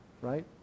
right